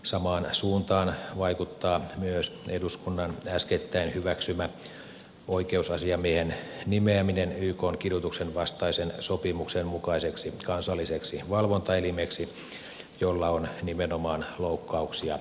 samaan suuntaan vaikuttaa myös eduskunnan äskettäin hyväksymä oikeusasiamiehen nimeäminen ykn kidutuksen vastaisen sopimuksen mukaiseksi kansalliseksi valvontaelimeksi jolla on nimenomaan loukkauksia ennalta ehkäisevä tehtävä